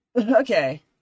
Okay